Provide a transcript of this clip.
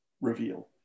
reveal